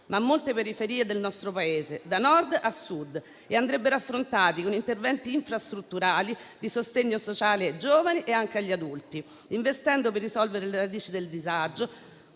ma molte periferie del nostro Paese, da Nord a Sud, e andrebbero affrontati con interventi infrastrutturali di sostegno sociale ai giovani e anche agli adulti, investendo per risolvere le radici del disagio,